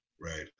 Right